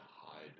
hide